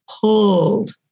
pulled